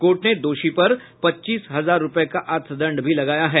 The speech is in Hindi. कोर्ट ने दोषी पर पच्चीस हजार रूपये का अर्थदंड भी लगाया है